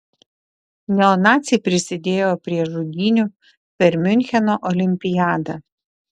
neonaciai prisidėjo prie žudynių per miuncheno olimpiadą